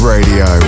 Radio